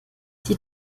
die